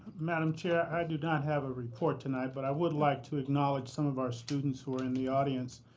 madam chair, i do not have a report tonight, but i would like to acknowledge some of our students who are in the audience.